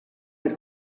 per